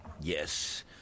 Yes